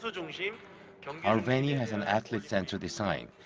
so our venue has an athlete-centered design.